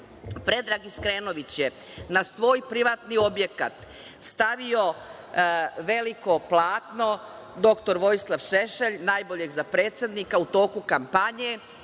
Predrag Iskrenović je na svoj privatni objekat stavio veliko platno „dr Vojislav Šešelj – najboljeg za predsednika“ u toku kampanje.